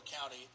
County